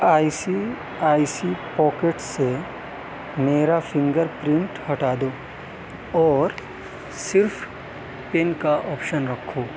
آئی سی آئی سی pocket سے میرا fingerprint ہٹا دو اور صرف پین کا آپشن رکھو